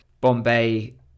Bombay